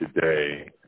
today